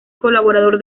colaborador